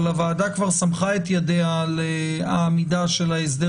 אבל הוועדה כבר סמכה את ידיה על העמידה של ההסדר